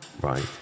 Right